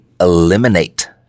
eliminate